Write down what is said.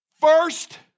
first